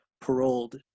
paroled